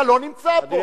אתה לא נמצא פה.